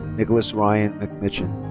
nicholas ryan mcmichen.